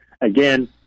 Again